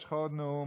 יש לך עוד נאום,